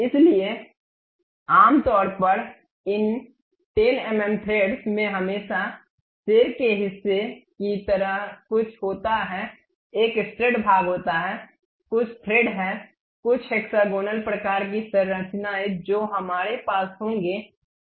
इसलिए आमतौर पर इन 10 एमएम थ्रेड्स में हमेशा सिर के हिस्से की तरह कुछ होता है एक स्टड भाग होता है कुछ थ्रेड हैं कुछ हेक्सागोनल प्रकार की संरचनाएं जो हमारे पास होंगे